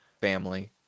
family